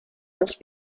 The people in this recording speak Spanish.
los